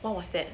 what was that